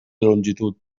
longitud